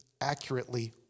accurately